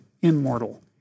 immortal